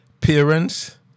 Parents